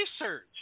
Research